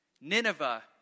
Nineveh